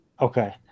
okay